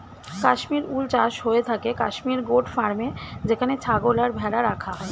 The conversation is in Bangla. কাশ্মীর উল চাষ হয়ে থাকে কাশ্মীর গোট ফার্মে যেখানে ছাগল আর ভেড়া রাখা হয়